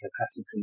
capacity